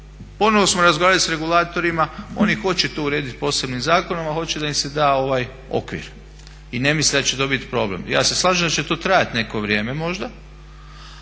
ponovno smo razgovarali sa regulatorima, oni hoće to urediti posebnim zakonom ali hoće da im se da ovaj okvir i ne misle da će to biti problem. Ja se slažem da će to trajati neko vrijeme možda.